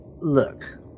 Look